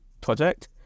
project